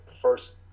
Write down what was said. first